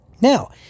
Now